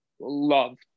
love